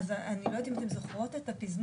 אני לא יודעת אם אתם זוכרים את הפזמון,